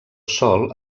sol